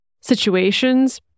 situations